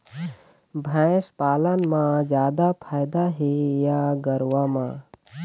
भैंस पालन म जादा फायदा हे या गरवा म?